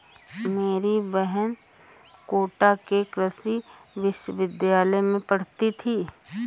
मेरी बहन कोटा के कृषि विश्वविद्यालय में पढ़ती थी